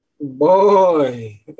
boy